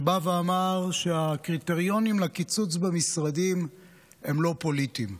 שבא ואמר שהקריטריונים לקיצוץ במשרדים הם לא פוליטיים.